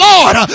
Lord